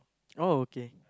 oh okay